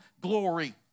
glory